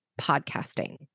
Podcasting